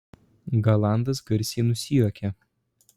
galandas garsiai nusijuokė